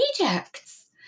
rejects